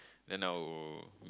then I'll